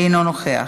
אינו נוכח.